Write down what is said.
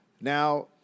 Now